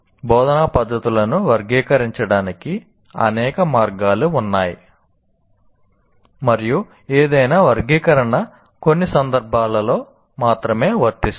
బోధనా పద్ధతులను వర్గీకరించడానికి అనేక మార్గాలు ఉన్నాయి మరియు ఏదైనా వర్గీకరణ కొన్ని సందర్భాల్లో మాత్రమే వర్తిస్తుంది